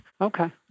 Okay